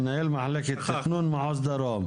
מנהל מחלקת תכנון מחוז דרום.